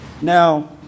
Now